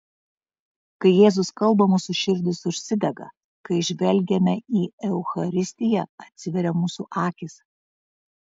kai jėzus kalba mūsų širdys užsidega kai žvelgiame į eucharistiją atsiveria mūsų akys